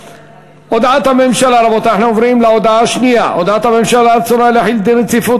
הודעת הממשלה על רצונה להחיל דין רציפות